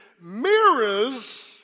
mirrors